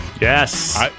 Yes